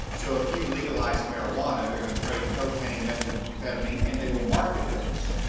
so if you legalize marijuana, they'regoing to trade in cocaine, methamphetamine, and they will market those.